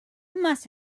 must